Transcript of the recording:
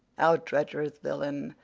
out, treacherous villain!